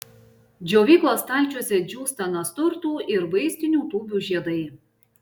džiovyklos stalčiuose džiūsta nasturtų ir vaistinių tūbių žiedai